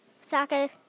Soccer